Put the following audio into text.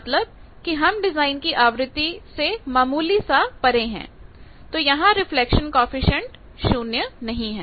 मतलब कि हम डिजाइन की आवृत्ति से मामूली सा परे हैं तो यहां रिफ्लेक्शन कॉएफिशिएंट शून्य नहीं है